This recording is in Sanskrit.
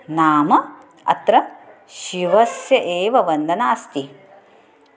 नाम अत्र शिवस्य एव वन्दना अस्ति